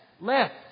left